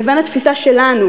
לבין התפיסה שלנו,